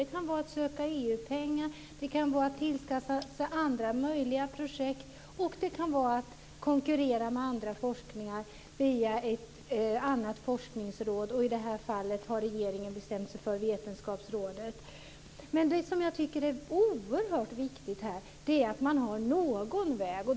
Det kan vara att söka EU pengar, att tillsätta andra projekt, att konkurrera med andra forskningar via ett annat forskningsråd. I det här fallet har regeringen bestämt sig för Vetenskapsrådet. Det som jag tycker är oerhört viktigt är att man har någon väg.